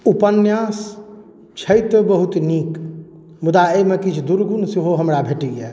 उपन्यास छै तऽ बहुत नीक मुदा एहिमे किछु दुर्गुण सेहो हमरा भेटैए